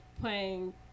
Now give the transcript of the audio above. playing